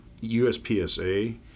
uspsa